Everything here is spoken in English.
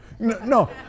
No